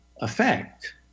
effect